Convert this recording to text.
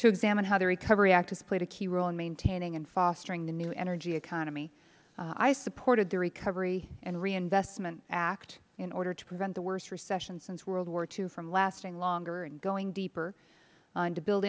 to examine how the recovery act has played a key role in maintaining and fostering the new energy economy i supported the recovery and reinvestment act in order to prevent the worst recession since world war ii from lasting longer and going deeper to build